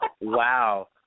Wow